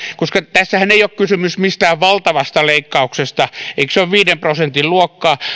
tässähän ei ole kysymys mistään valtavasta leikkauksesta eikö se ole viiden prosentin luokkaa ja